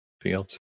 fields